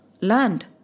land